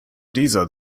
dieser